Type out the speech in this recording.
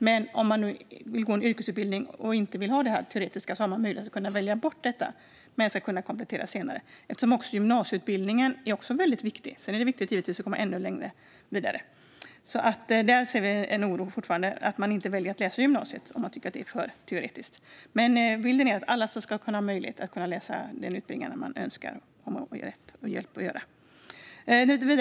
Den som vill gå en yrkesutbildning och inte vill ha det teoretiska ska dock ha möjlighet att välja bort det. Det ska gå att komplettera senare. Gymnasieutbildningen är nämligen också väldigt viktig, även om det givetvis är viktigt att sedan komma ännu längre och vidare. Vi ser därför fortfarande med oro på att vissa som tycker att det är för teoretiskt väljer att inte läsa gymnasiet, men bilden är att alla ska ha möjlighet att läsa den utbildning de önskar. Det har man rätt att göra.